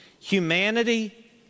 Humanity